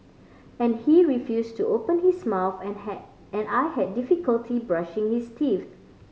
and he refused to open his mouth and had I had difficulty brushing his teeth